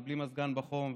בלי מזגן בחום,